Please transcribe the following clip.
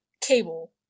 cable